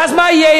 ואז מה יהיה?